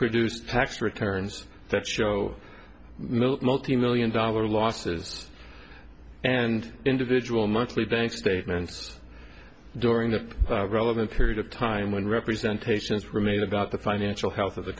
produced tax returns that show miller multimillion dollar losses and individual monthly bank statements during the relevant period of time when representation is remain about the financial health of the